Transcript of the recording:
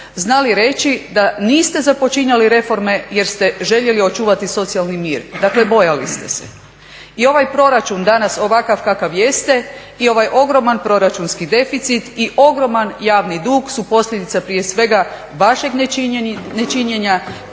znali reći da niste započinjali reforme jer ste željeli očuvati socijalni mir, dakle bojali ste se. I ovaj proračun danas ovakav kakav jeste i ovaj ogroman proračunski deficit i ogroman javni dug su posljedica prije svega vašeg nečinjenja,